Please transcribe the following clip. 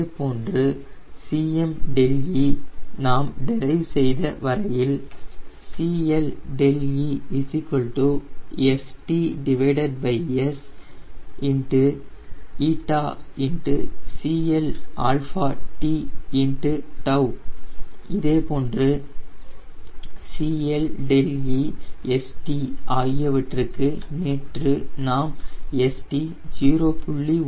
இதேபோன்று CLe நாம் derive செய்த வரையில் CLe StS 𝜂CLt𝜏 இதேபோன்று CLe St ஆகியவற்றுக்கு நேற்று நாம் St 0